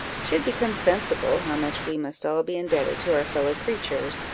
she had become sensible how much we must all be indebted to our fellow-creatures,